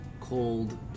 cold